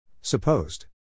Supposed